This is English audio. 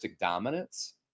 dominance